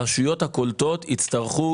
הרשויות הקולטות יצטרכו,